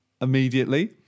immediately